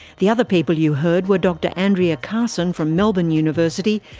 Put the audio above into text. the other people you heard were dr andrea carson from melbourne university,